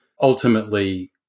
ultimately